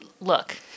look